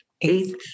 Eighth